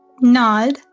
nod